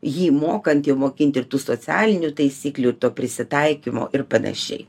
jį mokantį mokint ir tų socialinių taisyklių ir to prisitaikymo ir panašiai